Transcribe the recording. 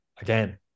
Again